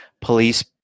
police